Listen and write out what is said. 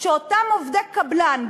שאותם עובדי קבלן,